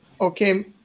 Okay